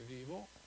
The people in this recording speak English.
evil